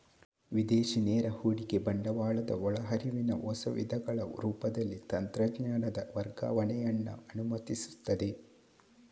ವಿದೇಶಿ ನೇರ ಹೂಡಿಕೆ ಬಂಡವಾಳದ ಒಳ ಹರಿವಿನ ಹೊಸ ವಿಧಗಳ ರೂಪದಲ್ಲಿ ತಂತ್ರಜ್ಞಾನದ ವರ್ಗಾವಣೆಯನ್ನ ಅನುಮತಿಸ್ತದೆ